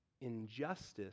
injustice